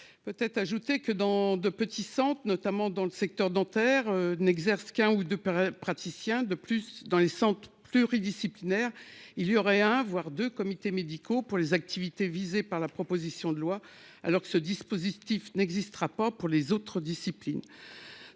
Peut être ajouté que dans de petits centres, notamment dans le secteur dentaire n'exerce qu'un ou 2 par praticien de plus dans les centres pluridisciplinaires. Il y aurait un voire 2 comités médicaux pour les activités visées par la proposition de loi alors que ce dispositif n'existera pas pour les autres disciplines.